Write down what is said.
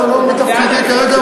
זה לא מתפקידי כרגע,